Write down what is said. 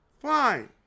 Fine